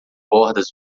bordas